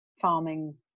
farming